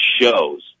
shows